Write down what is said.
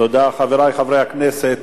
תודה, חברי חברי הכנסת.